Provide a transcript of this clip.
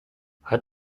hat